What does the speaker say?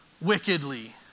wickedly